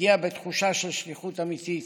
מגיע בתחושה של שליחות אמיתית.